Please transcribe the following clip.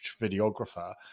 videographer